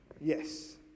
Yes